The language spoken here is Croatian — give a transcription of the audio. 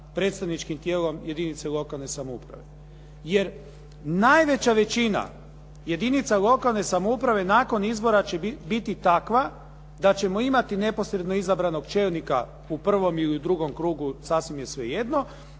predstavničkim tijelom jedinice lokalne samouprave jer najveća većina jedinica lokalne samouprave nakon izbora će biti takva da ćemo imati neposredno izabranog čelnika u prvom ili u drugom krugu, sasvim je svejedno